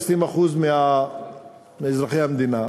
בתור 20% אזרחי המדינה,